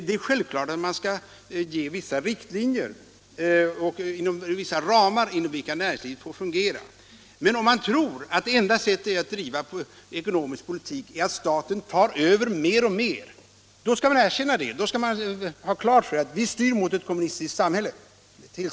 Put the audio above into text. Det är självklart att man skall ge vissa riktlinjer och vissa ramar inom vilka näringslivet får fungera. Men om man tror att det enda sättet att driva ekonomisk politik är att staten tar över mer och mer, skall man erkänna det. Då skall man ha klart för sig att vi styr mot ett kommunistiskt samhälle.